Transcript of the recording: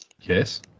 Yes